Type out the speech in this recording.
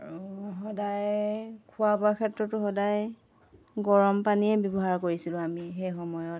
আৰু সদায় খোৱা বোৱা ক্ষেত্ৰতো সদায় গৰম পানীয়ে ব্যৱহাৰ কৰিছিলোঁ আমি সেই সময়ত